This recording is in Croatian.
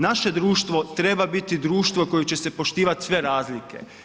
Naše društvo treba biti društvo koje će se poštivat sve razlike.